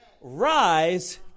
rise